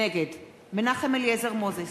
נגד מנחם אליעזר מוזס,